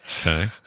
Okay